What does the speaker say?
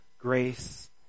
grace